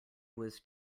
was